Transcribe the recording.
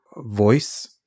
voice